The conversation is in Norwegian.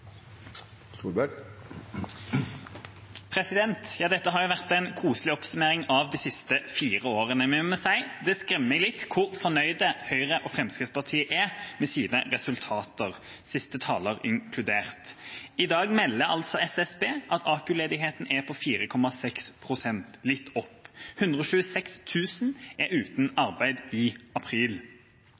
Dette har vært en koselig oppsummering av de siste fire årene. Men jeg må si at det skremmer litt hvor fornøyd Høyre og Fremskrittspartiet er med sine resultater, siste taler inkludert. I dag melder SSB at AKU-ledigheten er på 4,6 pst. – litt opp. 126 000 var uten arbeid i april.